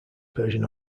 persian